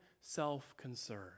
self-concern